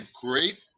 great